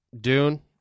Dune